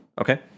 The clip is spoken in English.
Okay